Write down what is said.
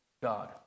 God